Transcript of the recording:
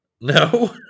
No